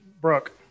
Brooke